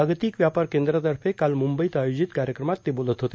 जागतिक व्यापार केंद्रातंर्फे काल मुंबईत आयोजित कार्यक्रमात ते बोलत होते